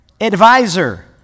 advisor